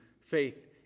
faith